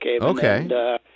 Okay